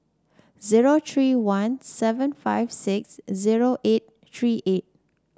zero three one seven five six zero eight three eight